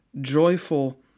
joyful